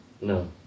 No